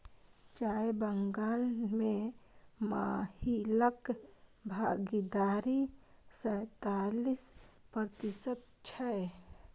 चाय बगान मे महिलाक भागीदारी सैंतालिस प्रतिशत छै